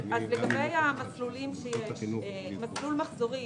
מסלול מחזורים